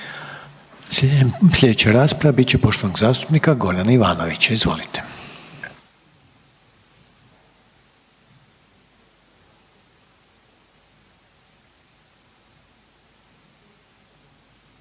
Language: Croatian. Sljedeća rasprava bit će poštovanog zastupnika Gorana Ivanovića. Izvolite.